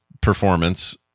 performance